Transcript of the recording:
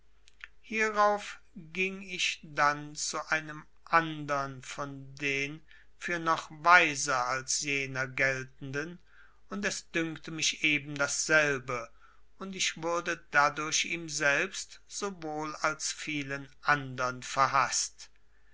hierauf ging ich dann zu einem andern von den für noch weiser als jener geltenden und es dünkte mich eben dasselbe und ich wurde dadurch ihm selbst sowohl als vielen andern verhaßt